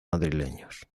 madrileños